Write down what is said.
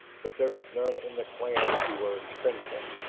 but there was none in the clan who were expendable.